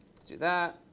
let's do that.